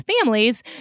families